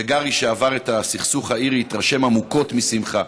וגארי, שעבר את הסכסוך האירי, התרשם עמוקות משמחה,